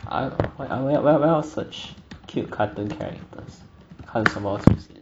I 我我我要 search cute cartoon characters 看什么出现